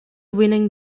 winning